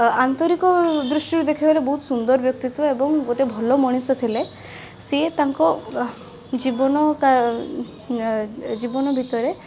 ଓ ଆନ୍ତରିକ ଦୃଷ୍ଟିରୁ ଦେଖିବାକୁ ଗଲେ ବହୁତ ସୁନ୍ଦର ବ୍ଯକ୍ତିତ୍ବ ଏବଂ ଗୋଟେ ଭଲ ମଣିଷ ଥିଲେ ସିଏ ତାଙ୍କ ଓହଃ ଜୀବନ କା ଜୀବନ ଭିତରେ